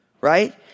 right